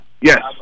Yes